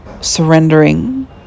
surrendering